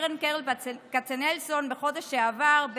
מסקר שערכה קרן ברל כצנלסון בחודש שעבר,